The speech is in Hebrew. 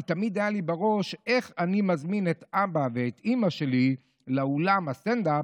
כי תמיד היה לי בראש איך אני מזמין את אבא ואת אימא שלי לאולם הסטנדאפ,